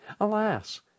Alas